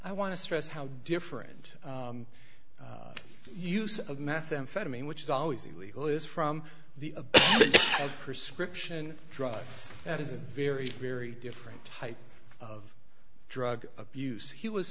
i want to stress how different use of methamphetamine which is always illegal is from the a prescription drugs that is a very very different type of drug abuse he was